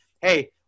hey